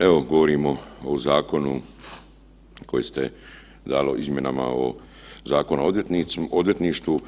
Evo govorimo o zakonu koji ste dali o izmjenama ovog Zakona o odvjetništvu.